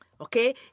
Okay